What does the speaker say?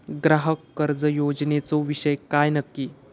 ग्राहक कर्ज योजनेचो विषय काय नक्की?